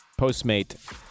Postmate